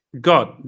God